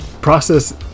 process